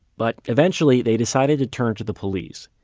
but eventually, they decided to turn to the police.